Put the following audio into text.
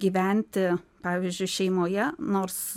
gyventi pavyzdžiui šeimoje nors